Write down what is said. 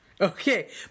Okay